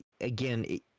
again